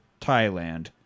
Thailand